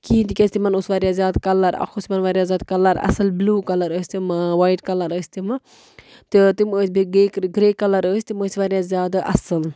کِہیٖنۍ تِکیٛازِ تِمن اوس وارِیاہ زیادٕ کَلر اَکھ اوس تِمن وارِیاہ زیادٕ کَلر اَصٕل بِلوٗ کَلر ٲسۍ تِم وایٹ کَلر ٲسۍ تِمہٕ تہٕ تِم ٲسۍ بیٚیہِ گرے کَلر ٲسۍ تِم ٲسۍ وارِیا ہ زیادٕ اَصٕل